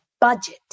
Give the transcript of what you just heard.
budget